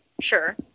Sure